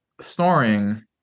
snoring